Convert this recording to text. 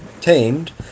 tamed